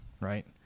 right